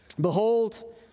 Behold